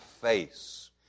face